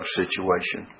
situation